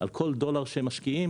על כל דולר שהם משקיעים,